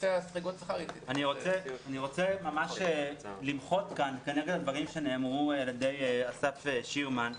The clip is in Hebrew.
אני רוצה ממש למחות כאן כנגד הדברים שנאמרו על ידי אסף שירמן.